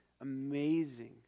Amazing